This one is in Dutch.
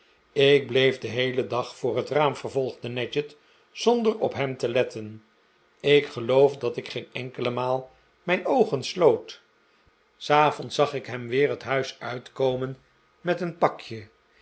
ik bleef den heelen dag voor het raam vervolgde nadgett zonder op hem te letten ik geloof dat ik geen enkele maal mijn oogen sloot s avonds zag ik hem weer het huis uitkomen met een pakje